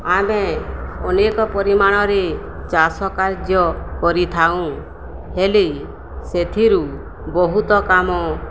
ଆମେ ଅନେକ ପରିମାଣରେ ଚାଷ କାର୍ଯ୍ୟ କରିଥାଉଁ ହେଲେ ସେଥିରୁ ବହୁତ କାମ